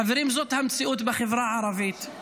חברים, זאת המציאות בחברה הערבית.